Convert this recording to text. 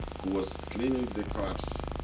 who was cleaning the cars.